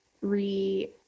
re